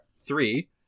three